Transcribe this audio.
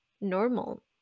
normal